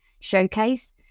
showcase